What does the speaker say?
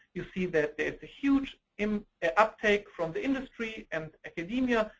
you see that there's a huge um ah uptake from the industry and academia.